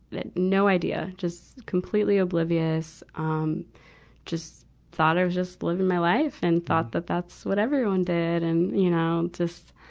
no idea. just completely oblivious. um just thought i was just living my life, and thought that that's what everyone did. and, you know, just,